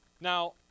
Now